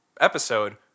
episode